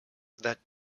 that